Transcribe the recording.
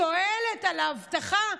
שואלת על האבטחה.